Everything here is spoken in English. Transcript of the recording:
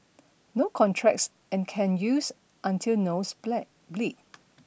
no contracts and can use until nose bled bleed